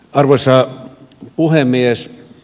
arvoisa puhemies